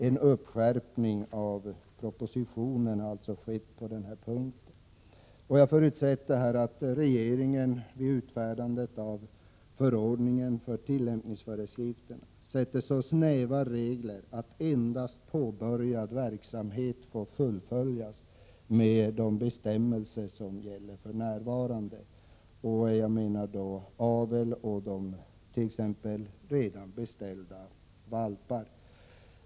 En skärpning i förhållande till vad som föreslås i propositionen har skett på denna punkt. Jag förutsätter att regeringen vid utfärdandet av tillämpningsföreskrifter sätter så snäva regler att endast påbörjad verksamhet får fullföljas med de bestämmelser som gäller för närvarande. Jag syftar då på t.ex. aveln och redan beställda valpar.